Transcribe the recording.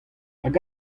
hag